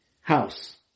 house